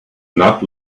not